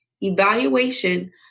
evaluation